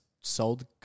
sold